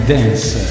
Dance